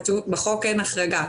בחוק אין החרגה.